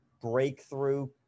breakthrough